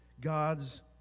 God's